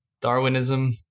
darwinism